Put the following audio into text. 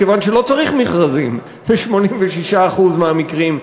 כי לא צריך מכרזים ב-86% מהמקרים.